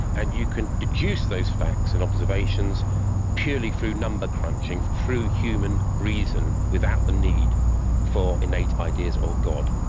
and you can deduce those facts and observations purely through number-crunching, through human reason, without the need for innate ideas or god.